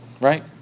right